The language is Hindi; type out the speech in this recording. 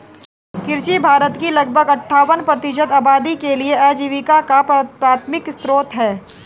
कृषि भारत की लगभग अट्ठावन प्रतिशत आबादी के लिए आजीविका का प्राथमिक स्रोत है